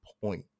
point